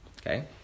Okay